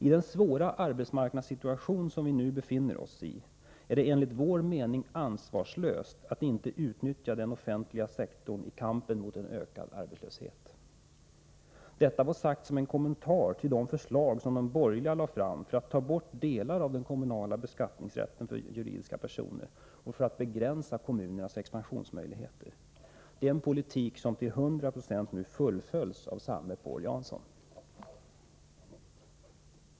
I den svåra arbetsmarknadssituation som vi nu befinner oss i är det enligt vår mening ansvarslöst att inte utnyttja den offentliga sektorn i kampen mot en ökad arbetslöshet.” Detta sades som en kommentar till de förslag som de borgerliga lade fram för att ta bort delar av den kommunala beskattningsrätten för juridiska personer och för att begränsa kommunernas expansionsmöjligheter. Det är en politik som till hundra procent nu fullföljs av samme Paul Jansson.